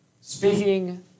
speaking